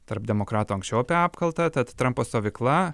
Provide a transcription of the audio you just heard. tarp demokratų anksčiau apie apkaltą tad trampo stovykla